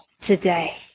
today